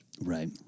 Right